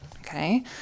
Okay